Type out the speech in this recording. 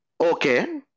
Okay